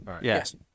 Yes